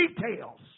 details